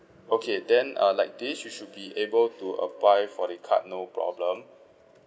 okay then uh like this you should be able to apply for the card no problem